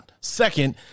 Second